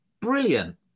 brilliant